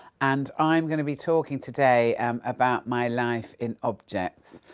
and i'm going to be talking today um about my life in objects.